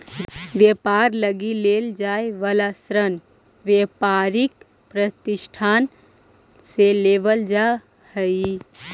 व्यापार लगी लेल जाए वाला ऋण व्यापारिक प्रतिष्ठान से लेवल जा हई